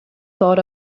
thought